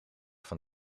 van